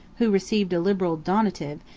who received a liberal donative,